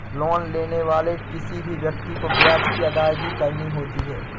loan लेने वाले किसी भी व्यक्ति को ब्याज की अदायगी करनी होती है